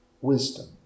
wisdom